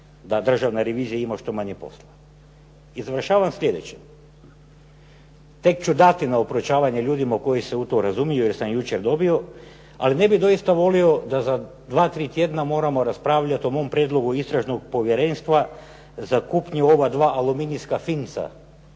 da Državna revizija ima što manje posla. I završavam sljedećim. Tek ću dati na proučavanje ljudima koji se u to razumiju, jer sam jučer dobio ali ne bih doista volio da za dva, tri tjedna moramo raspravljati o mom prijedlogu istražnog povjerenstva za kupnju ova dva aluminijska Finca